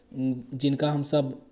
जिनका हमसभ